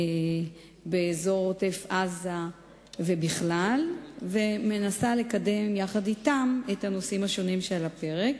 באזור עוטף-עזה ובכלל ומנסה לקדם יחד אתם את הנושאים שעל הפרק.